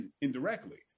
indirectly